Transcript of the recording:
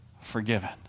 forgiven